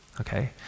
Okay